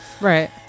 Right